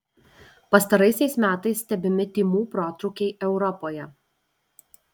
pastaraisiais metais stebimi tymų protrūkiai europoje